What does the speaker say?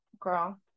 girl